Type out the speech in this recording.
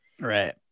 Right